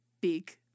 big